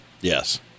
Yes